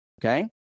okay